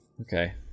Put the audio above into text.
okay